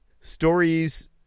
stories